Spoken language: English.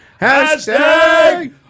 Hashtag